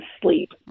sleep